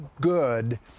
good